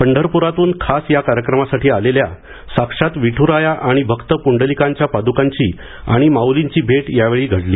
पंढरपूरातून खास या कार्यक्रमासाठी आलेल्या साक्षात विठुराया आणि भक्त पुंडलिकांच्या पाद्कांची आणि माउलींची भेट यावेळी घडली